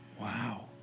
Wow